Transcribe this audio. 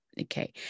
okay